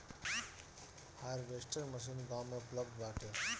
harvester machine गाँव में उपलब्ध बाटे